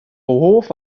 hoff